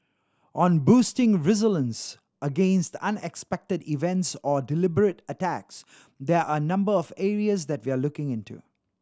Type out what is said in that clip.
on boosting resilience against unexpected events or deliberate attacks there are a number of areas that we are looking into